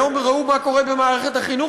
ראו מה קורה במערכת החינוך,